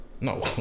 No